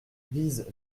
vise